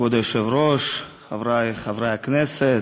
כבוד היושב-ראש, חברי חברי הכנסת,